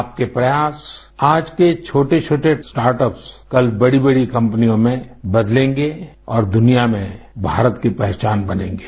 आपके प्रयास आज के छोटे छोटे स्टार्ट अप्स कल बड़ी बड़ी कंपनियों में बदलेंगे और दुनिया में भारत की पहचान बनेंगे